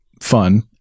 fun